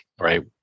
right